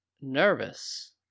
Nervous